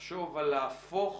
לחשוב להפוך